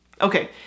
Okay